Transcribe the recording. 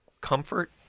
comfort